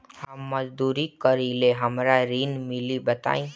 हम मजदूरी करीले हमरा ऋण मिली बताई?